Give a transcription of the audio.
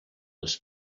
les